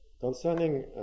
Concerning